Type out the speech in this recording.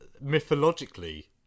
mythologically